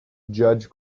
judge